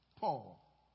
Paul